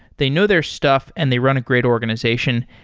they know their stuff and they run a great organization.